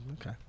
okay